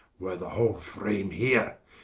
were the whole frame here,